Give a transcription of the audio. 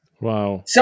Wow